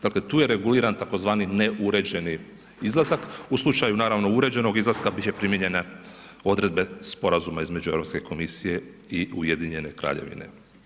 Dakle, tu je reguliran tzv. ne uređeni izlazak, u slučaju naravno uređenog izlaska bit će primijenjene odredbe sporazuma između Europske komisije i Ujedinjene Kraljevine.